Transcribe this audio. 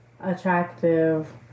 attractive